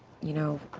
you know.